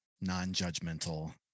non-judgmental